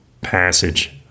passage